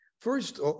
first